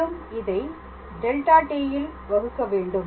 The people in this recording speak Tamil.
மேலும் இதை δt ல் வகுக்க வேண்டும்